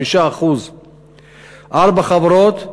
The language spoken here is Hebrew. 5%. ארבע חברות,